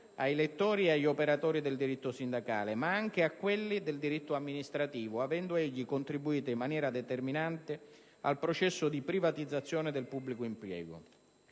ai lettori e agli operatori del diritto sindacale, ma anche a quelli del diritto amministrativo, avendo egli contribuito, in maniera determinante, al processo di privatizzazione del pubblico impiego.